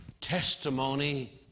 testimony